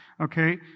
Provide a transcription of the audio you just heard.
Okay